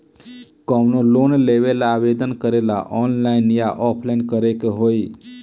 कवनो लोन लेवेंला आवेदन करेला आनलाइन या ऑफलाइन करे के होई?